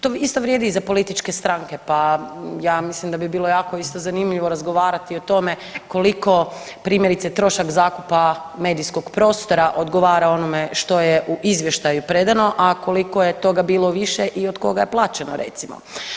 To isto vrijedi i za političke stranke, pa ja mislim da bi bilo jako isto zanimljivo razgovarati o tome koliko primjerice trošak zakupa medijskog prostora odgovara onome što je u izvještaju predano, a koliko je toga bilo više i od koga je plaćeno recimo.